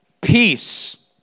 peace